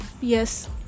yes